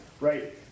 Right